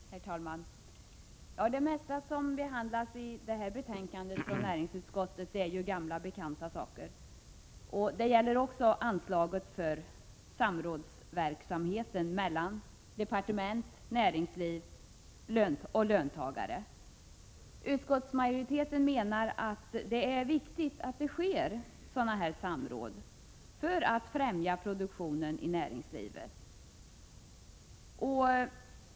Herr talman! Det mesta som behandlas i detta betänkande från näringsutskottet är gamla bekanta saker. Det gäller också anslaget till samrådsverksamheten mellan departement, näringsliv och löntagare. Utskottsmajoriteten anser det viktigt med sådana här samråd för att främja produktionen i näringslivet.